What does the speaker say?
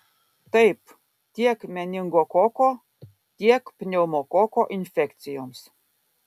taip tiek meningokoko tiek pneumokoko infekcijoms